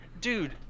Dude